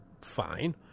fine